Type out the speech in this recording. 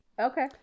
Okay